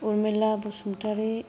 Urmila Basumatary